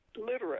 literate